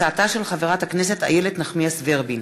הצעתה של חברת הכנסת איילת נחמיאס ורבין,